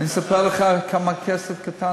שום פיצוי